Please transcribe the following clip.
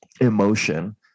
emotion